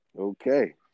Okay